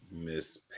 Miss